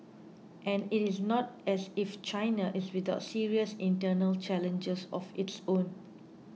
and it is not as if China is without serious internal challenges of its own